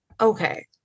Okay